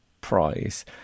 Prize